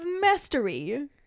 Mastery